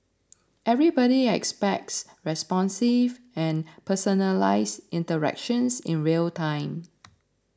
everybody expects responsive and personalised interactions in real time